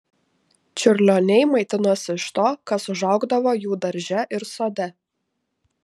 čiurlioniai maitinosi iš to kas užaugdavo jų darže ir sode